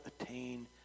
attain